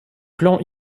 plans